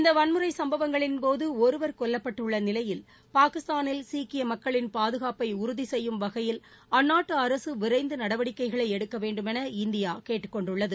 இந்த வன்முறை சம்பவங்களின்போது ஒருவர் கொல்லப்பட்டுள்ள நிலையில் பாகிஸ்தானில் சீக்கிய மக்களின் பாதுகாப்பை உறுதி செய்யும் வகையில் அந்நாட்டு அரசு விரைந்து நடவடிக்கைகளை எடுக்க வேண்டும் என இந்தியா கேட்டுக்கொண்டுள்ளது